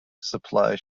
supply